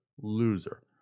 loser